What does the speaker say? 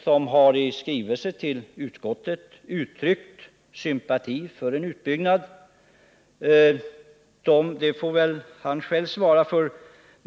som i skrivelse till utskottet uttryckt sympati för en utbyggnad. Det får väl han själv svara på.